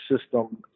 system